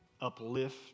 uplift